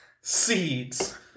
Seeds